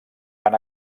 van